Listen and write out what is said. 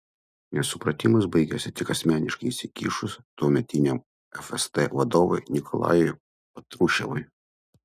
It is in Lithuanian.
nesupratimas baigėsi tik asmeniškai įsikišus tuometiniam fst vadovui nikolajui patruševui